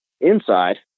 inside